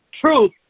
truth